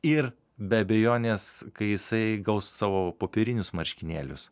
ir be abejonės kai jisai gaus savo popierinius marškinėlius